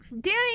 Danny